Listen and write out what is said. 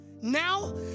Now